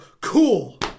cool